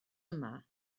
yma